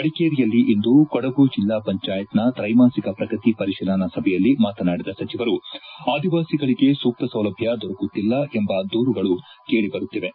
ಮಡಿಕೇರಿಯಲ್ಲಿಂದು ಕೊಡಗು ಜಿಲ್ಲಾ ಪಂಚಾಯತ್ನ ತ್ರೈಮಾಸಿಕ ಪ್ರಗತಿ ಪರಿಶೀಲನಾ ಸಭೆಯಲ್ಲಿ ಮಾತನಾಡಿದ ಸಚಿವರು ಆದಿವಾಸಿಗಳಿಗೆ ಸೂಕ್ತ ಸೌಲಭ್ಯ ದೊರಕುತ್ತಿಲ್ಲ ಎಂಬ ದೂರುಗಳು ಕೇಳಿಬರುತ್ತಿವೆ